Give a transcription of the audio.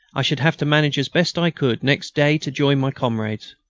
i should have to manage as best i could next day to join my comrades.